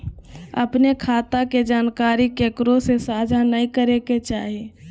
अपने खता के जानकारी केकरो से साझा नयय करे के चाही